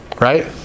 Right